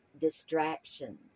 distractions